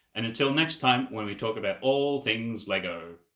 and until next time when we talk about all things lego.